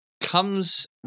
comes